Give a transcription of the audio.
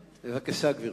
בבקשה, גברתי.